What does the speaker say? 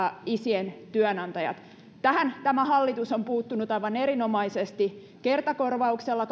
isien työnantajat tähän tämä hallitus on puuttunut aivan erinomaisesti kertakorvauksella